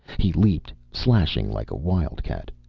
he leaped, slashing like a wildcat,